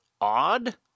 odd